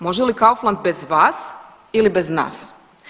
Može li Kaufland bez vas ili bez nas?